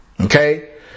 Okay